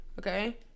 Okay